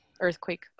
earthquake